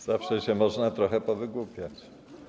Zawsze się można trochę powygłupiać.